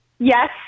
Yes